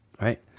Right